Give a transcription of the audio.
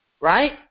Right